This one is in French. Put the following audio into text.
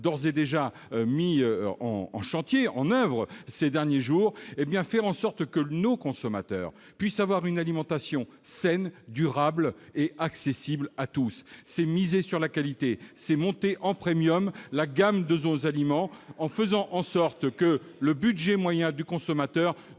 d'ores et déjà mis en chantier en oeuvre ces derniers jours, hé bien faire en sorte que nos consommateurs puissent avoir une alimentation saine, durable et accessible à tous, c'est miser sur la qualité, c'est monté en premium, la gamme 2 aux aliments en faisant en sorte que le budget moyen du consommateur